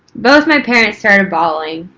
both my parents started bawling